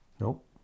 Nope